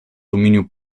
dominio